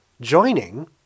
joining